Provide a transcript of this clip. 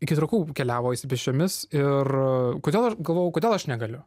iki trakų keliavo pėsčiomis ir kodėl aš galvoju kodėl aš negaliu